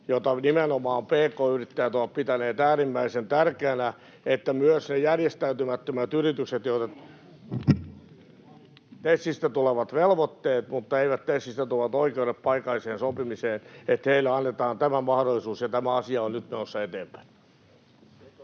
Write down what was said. jota nimenomaan pk-yrittäjät ovat pitäneet äärimmäisen tärkeänä, että myös niille järjestäytymättömille yrityksille, joita ovat tähän asti koskeneet vain TESistä tulevat velvoitteet mutta eivät TESistä tulevat oikeudet paikalliseen sopimiseen, annetaan tämä mahdollisuus, ja tämä asia on nyt menossa eteenpäin.